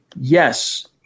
Yes